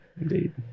indeed